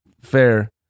fair